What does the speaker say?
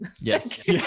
Yes